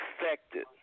affected